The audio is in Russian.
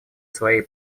свои